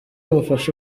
mufasha